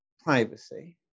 privacy